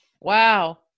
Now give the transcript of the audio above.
wow